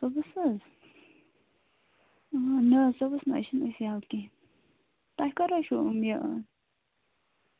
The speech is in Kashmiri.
صُبحس حظ نہَ حظ صبُحس نہَ حظ چھِنہٕ أسۍ یلہٕ کیٚنٛہہ تۄہہِ کَرو چھُو یہِ